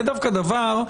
זה דווקא דבר,